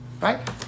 right